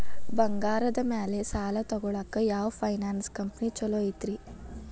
ಬಂಗಾರದ ಮ್ಯಾಲೆ ಸಾಲ ತಗೊಳಾಕ ಯಾವ್ ಫೈನಾನ್ಸ್ ಕಂಪನಿ ಛೊಲೊ ಐತ್ರಿ?